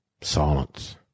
Silence